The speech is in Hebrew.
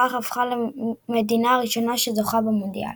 ובכך הפכה למדינה הראשונה שזוכה במונדיאל.